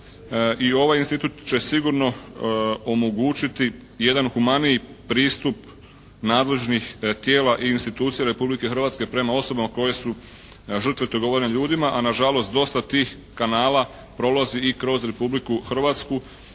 i ovaj institut će sigurno omogućiti jedan humaniji pristup nadležnih tijela i institucija Republike Hrvatske prema osobama koje su žrtve trgovanja ljudima, a na žalost dosta tih kanala prolazi i kroz Republiku Hrvatsku